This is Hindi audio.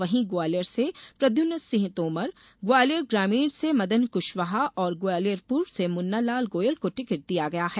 वहीं ग्वालियर से प्रद्युम्न सिंह तोमर ग्वालियर ग्रामीण से मदन कुशवाहा और ग्वालियर पूर्व से मुन्ना लाल गोयल को टिकट दिया है